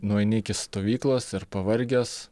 nueini iki stovyklos ir pavargęs